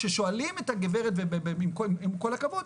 כששואלים את הגברת עם כל הכבוד,